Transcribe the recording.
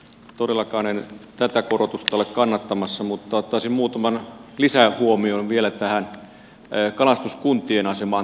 todellakaan en tätä korotusta ole kannattamassa mutta ottaisin muutaman lisähuomion vielä tähän kalastuskuntien asemaan tällä hetkellä